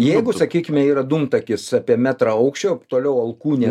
jeigu sakykime yra dūmtakis apie metrą aukščio toliau alkūnė